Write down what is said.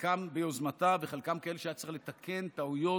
חלקם ביוזמתה וחלקם כאלה שהיה צריך לתקן טעויות,